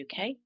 UK